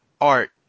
art